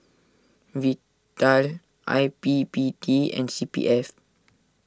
Vital I P P T and C P F